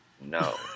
No